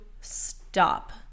stop